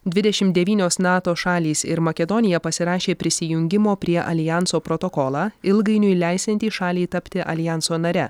dvidešimt devynios nato šalys ir makedonija pasirašė prisijungimo prie aljanso protokolą ilgainiui leisiantį šaliai tapti aljanso nare